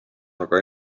aga